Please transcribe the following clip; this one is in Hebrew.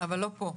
אבל לא פה.